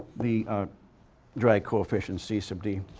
the drag coefficient, c sub d.